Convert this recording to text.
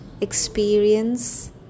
experience